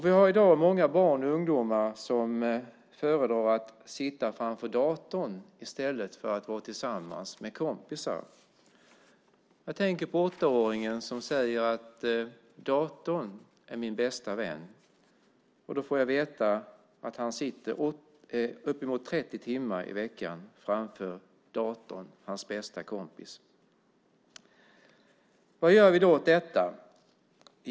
Vi har i dag många barn och ungdomar som föredrar att sitta framför datorn i stället för att vara tillsammans med kompisar. Jag tänker på åttaåringen som säger: Datorn är min bästa vän. Då får jag veta att han sitter uppemot 30 timmar i veckan framför datorn, hans bästa kompis. Vad gör vi då åt detta?